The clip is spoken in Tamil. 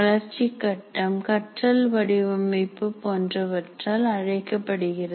வளர்ச்சிக் கட்டம் கற்றல் வடிவமைப்பு போன்றவற்றால் அழைக்கப்படுகிறது